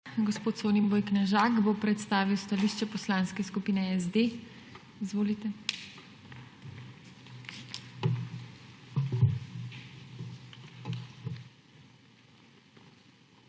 Gospod Soniboj Knežak bo predstavil stališče Poslanske skupine SD. Izvolite.